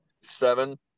seven